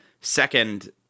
second